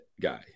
guy